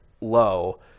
low